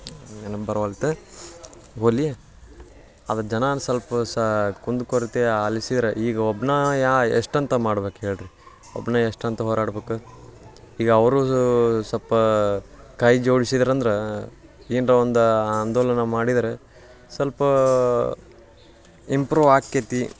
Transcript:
ನೆನಪು ಬರವಲ್ದು ಹೋಗ್ಲಿ ಅದು ಜನಾನೇ ಸ್ವಲ್ಪ ಸಾ ಕುಂದು ಕೊರತೆ ಆಲಿಸಿದ್ರೆ ಈಗ ಒಬ್ನೆ ಯಾ ಎಷ್ಟಂತ ಮಾಡ್ಬೇಕು ಹೇಳಿರಿ ಒಬ್ಬನೇ ಎಷ್ಟಂತ ಹೋರಾಡ್ಬೇಕು ಈಗ ಅವರೂ ಸ್ವಲ್ಪ ಕೈ ಜೋಡ್ಸಿದ್ರಂದ್ರೆ ಏನಾರೂ ಒಂದು ಆಂದೋಲನ ಮಾಡಿದರೆ ಸ್ವಲ್ಪ ಇಂಪ್ರೂ ಆಕ್ಯತಿ